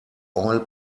oil